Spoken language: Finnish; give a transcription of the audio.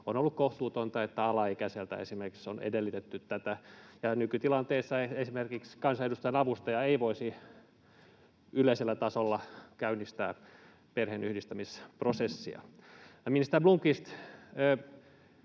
On ollut kohtuutonta, että esimerkiksi alaikäiseltä on edellytetty tätä. Ja nykytilanteessa esimerkiksi kansanedustajan avustaja ei voisi yleisellä tasolla käynnistää perheenyhdistämisprosessia. Minister Blomqvist,